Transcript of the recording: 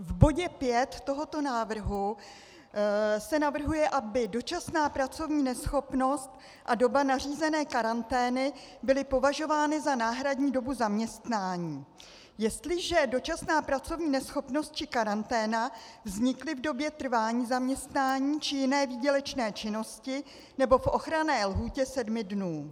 V bodě 5 tohoto návrhu se navrhuje, aby dočasná pracovní neschopnost a doba nařízené karantény byly považovány za náhradní dobu zaměstnání, jestliže dočasná pracovní neschopnost či karanténa vznikly v době trvání zaměstnání či jiné výdělečné činnosti nebo v ochranné lhůtě sedmi dnů.